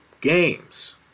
games